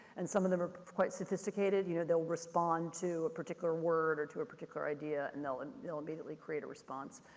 and some of them are quite sophisticated, you know, they'll respond to a particular word or a particular idea, and they'll and they'll immediately create a response.